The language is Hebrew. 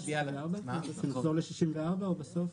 שנחזור ל-64 או בסוף?